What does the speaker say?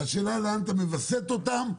השאלה לאן אתה מווסת אותם,